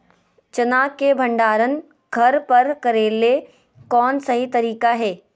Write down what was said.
चना के भंडारण घर पर करेले कौन सही तरीका है?